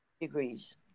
degrees